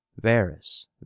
Varus